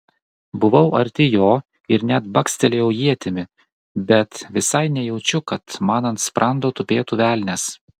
buvau arti jo ir net bakstelėjau ietimi bet visai nejaučiu kad man ant sprando tupėtų velnias